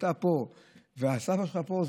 שאתה פה והסבא שלך פה,